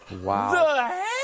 Wow